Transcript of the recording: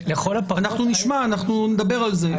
אנחנו נדבר על זה.